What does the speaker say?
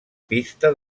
pista